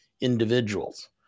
individuals